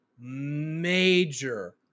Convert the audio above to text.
major